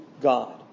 God